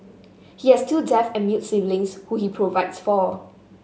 he has two deaf and mute siblings who he provides for